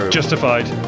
justified